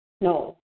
no